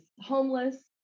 homeless